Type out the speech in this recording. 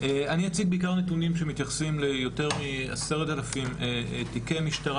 אני אציג בעיקר נתונים שמתייחסים ליותר מ-10,000 תיקי משטרה